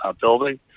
building